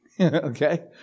okay